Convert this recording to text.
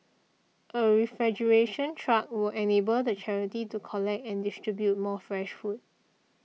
a refrigeration truck will enable the charity to collect and distribute more fresh food